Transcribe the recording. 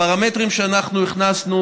הפרמטרים שהכנסנו,